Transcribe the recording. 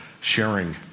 sharing